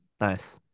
nice